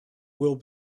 will